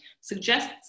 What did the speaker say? suggests